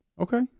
Okay